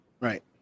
right